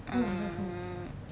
uh